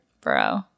bro